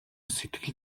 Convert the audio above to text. сэтгэл